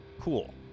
cool